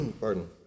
pardon